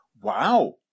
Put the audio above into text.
Wow